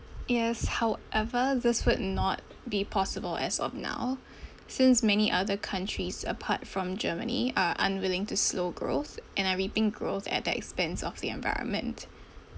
yes however this would not be possible as of now since many other countries apart from germany are unwilling to slow growth and are reaping growth at the expense of the environment